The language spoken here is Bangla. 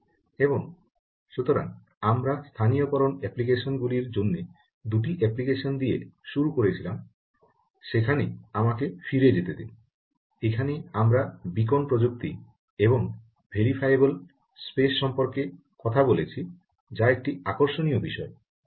এবং সুতরাং আমরা স্থানীয়করণ অ্যাপ্লিকেশন গুলির জন্য দুটি অ্যাপ্লিকেশন দিয়ে যেখানে শুরু করেছিলাম সেখানে আমাকে ফিরে যেতে দিন এখানে আমরা বীকন প্রযুক্তি এবং ভেরিয়েবল স্পেস সম্পর্কে কথা বলেছি যা একটি আকর্ষণীয় বিষয়